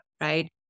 right